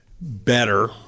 better